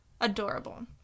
Adorable